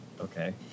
Okay